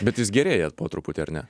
bet jis gerėja po truputį ar ne